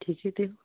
ठिकै थियो